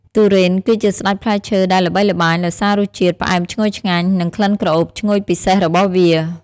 ទុរេន គឺជាស្តេចផ្លែឈើដែលល្បីល្បាញដោយសាររសជាតិផ្អែមឈ្ងុយឆ្ងាញ់ និងក្លិនក្រអូបឈ្ងុយពិសេសរបស់វា។